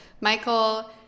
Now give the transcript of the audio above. Michael